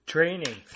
Training